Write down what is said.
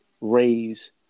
raise